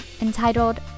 entitled